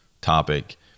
topic